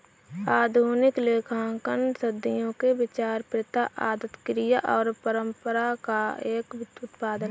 आधुनिक लेखांकन सदियों के विचार, प्रथा, आदत, क्रिया और परंपरा का एक उत्पाद है